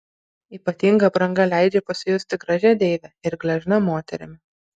ypatinga apranga leidžia pasijusti gražia deive ir gležna moterimi